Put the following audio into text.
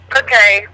okay